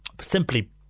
simply